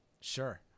sure